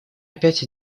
опять